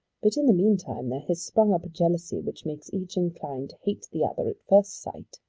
but in the meantime there has sprung up a jealousy which makes each inclined to hate the other at first sight.